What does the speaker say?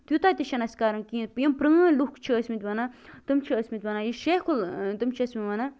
توٗتاہ تہِ چھُنہٕ اَسہِ کَرُن کِہیٖنٛۍ یِم پرٛٲنۍ لوٗکھ چھِ ٲسمٕتۍ وَنان تِم چھِ ٲسمٕتۍ وَنان یہِ شیخ اُل